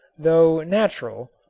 though natural,